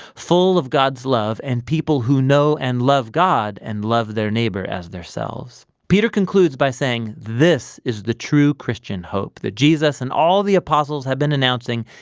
full of god's love and people who know and love god and love their neighbor as themselves. peter concludes by saying this is the true christian hope, that jesus and all the apostles have been announcing,